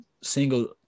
single